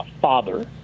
father